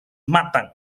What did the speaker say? matan